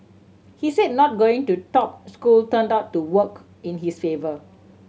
he said not going to top school turned out to work in his favour